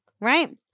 right